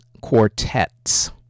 Quartets